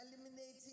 eliminating